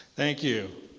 thank you.